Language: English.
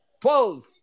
twelve